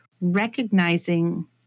recognizing